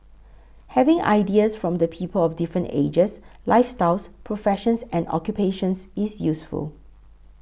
having ideas from the people of different ages lifestyles professions and occupations is useful